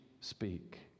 speak